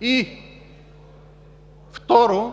и, второ,